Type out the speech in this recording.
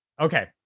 Okay